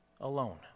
alone